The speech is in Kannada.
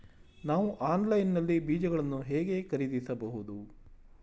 ನಾವು ಆನ್ಲೈನ್ ನಲ್ಲಿ ಬೀಜಗಳನ್ನು ಹೇಗೆ ಖರೀದಿಸಬಹುದು?